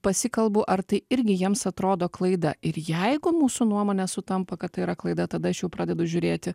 pasikalbu ar tai irgi jiems atrodo klaida ir jeigu mūsų nuomonės sutampa kad tai yra klaida tada aš jau pradedu žiūrėti